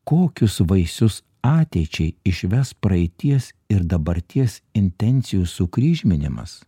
kokius vaisius ateičiai išves praeities ir dabarties intencijų sukryžminimas